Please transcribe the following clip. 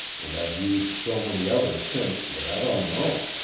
and i've used so many others since that i don't know.